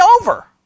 over